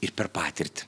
ir per patirtį